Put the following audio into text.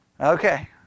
Okay